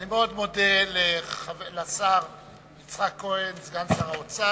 אני מאוד מודה לשר יצחק כהן, סגן שר האוצר.